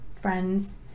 friends